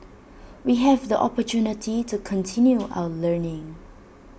we have the opportunity to continue our learning